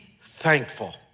thankful